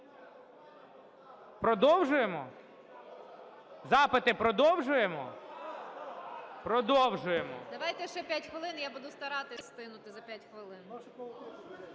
Продовжуємо? Запити продовжуємо? Продовжуємо.